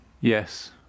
Yes